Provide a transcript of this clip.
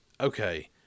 okay